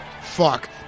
Fuck